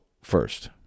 first